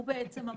למעשה,